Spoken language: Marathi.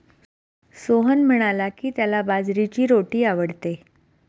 सोहन म्हणाला की, त्याला बाजरीची रोटी आवडते